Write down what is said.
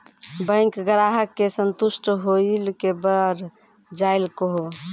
Bank ग्राहक के संतुष्ट होयिल के बढ़ जायल कहो?